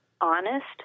honest